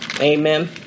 Amen